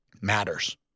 matters